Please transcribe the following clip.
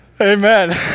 Amen